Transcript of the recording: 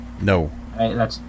No